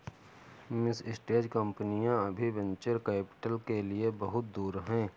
mid stage कंपनियां अभी venture capital के लिए बहुत दूर हैं